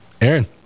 Aaron